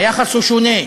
היחס הוא שונה.